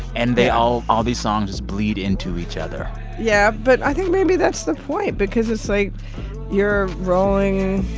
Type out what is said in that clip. and they all all these songs just bleed into each other yeah. but i think maybe that's the point because it's like you're rolling.